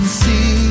see